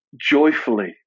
joyfully